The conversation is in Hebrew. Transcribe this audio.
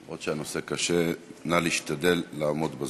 אומנם הנושא קשה, אבל נא להשתדל לעמוד בזמנים.